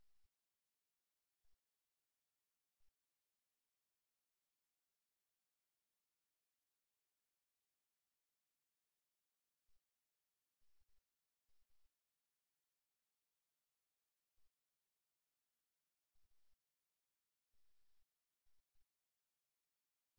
போக்கரில் இது ஒரு உயர்ந்த நம்பிக்கையான கதை வீரர் தனக்கு வலுவான கை இருப்பதாக உணரும் சமிக்ஞை